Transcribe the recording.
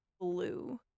blue